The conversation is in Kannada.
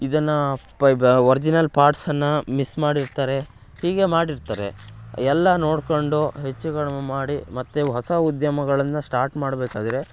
ಇದನ್ನು ಒರ್ಜಿನಲ್ ಪಾರ್ಟ್ಸನ್ನು ಮಿಸ್ ಮಾಡಿರ್ತಾರೆ ಹೀಗೆ ಮಾಡಿರ್ತಾರೆ ಎಲ್ಲ ನೋಡ್ಕೊಂಡು ಹೆಚ್ಚು ಕಡ್ಮೆ ಮಾಡಿ ಮತ್ತೆ ಹೊಸ ಉದ್ಯಮಗಳನ್ನು ಸ್ಟಾರ್ಟ್ ಮಾಡಬೇಕಾದ್ರೆ